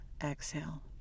exhale